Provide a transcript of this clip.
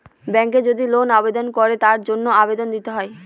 ব্যাঙ্কে যদি লোন আবেদন করে তার জন্য আবেদন দিতে হয়